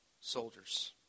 soldiers